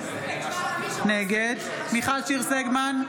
נגד מיכל שיר סגמן,